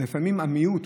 לפעמים המיעוט,